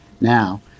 now